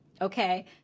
okay